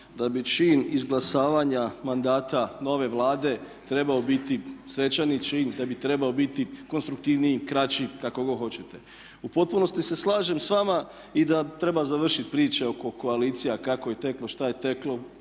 da bi čin izglasavanja mandata nove Vlade trebao biti svečani čin, da bi trebao biti konstruktivniji, kraći kako god hoćete. U potpunosti se slažem s vama i da treba završiti priče oko koalicija kako je teklo, što je teklo.